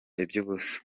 iby’ubusa